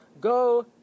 Go